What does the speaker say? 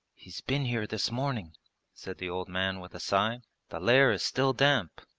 he's been here this morning said the old man with a sigh the lair is still damp,